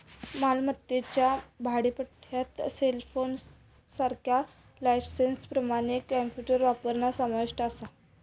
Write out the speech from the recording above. मालमत्तेच्या भाडेपट्ट्यात सेलफोनसारख्या लायसेंसप्रमाण कॉम्प्युटर वापरणा समाविष्ट असा